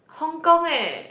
Hong-Kong eh